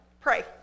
pray